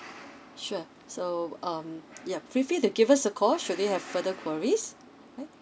sure so um yeah feel free to give us a call should they have further queries